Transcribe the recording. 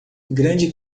grande